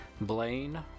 Blaine